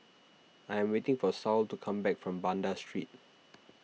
I am waiting for Saul to come back from Banda Street